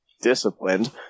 disciplined